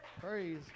Praise